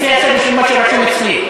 לפי הסדר של מה שרשום אצלי.